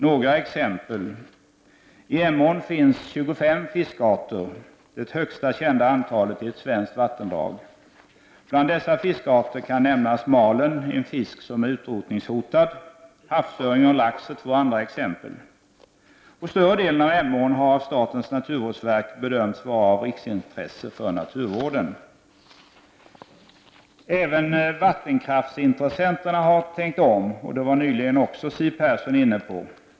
Några exempel: I Emån finns 25 fiskarter — det högsta kända antalet i ett svenskt vattendrag. Bland dessa fiskarter kan nämnas malen, en fisk som är utrotningshotad. Havsöring och lax är två andra exempel. Större delen av Emån har av statens naturvårdsverk bedömts vara av riksintresse för naturvården. Även vattenkraftsintressenterna har tänkt om, vilket Siw Persson också nämnde i sitt anförande.